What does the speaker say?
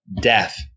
death